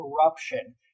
corruption